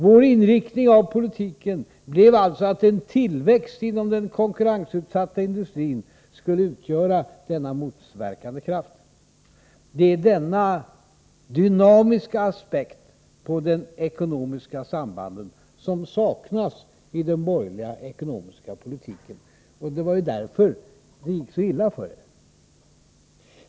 Vår inriktning av politiken blev alltså att en tillväxt inom den konkurrensutsatta industrin skulle utgöra denna motverkande kraft. Det är denna dynamiska aspekt på de ekonomiska sambanden, som saknas i den borgerliga ekonomiska politiken. Det var därför det gick så illa för er.